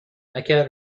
اگر